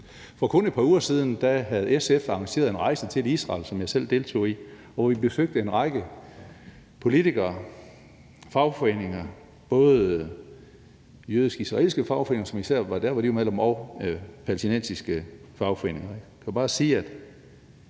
For kun et par uger siden havde SF arrangeret en rejse til Israel, som jeg selv deltog i, hvor vi besøgte en række politikere, fagforeninger, både jødisk-israelske fagforeninger og palæstinensiske fagforeninger.